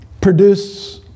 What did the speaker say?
produces